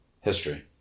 History